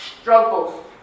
struggles